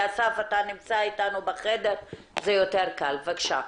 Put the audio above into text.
אסף, בבקשה.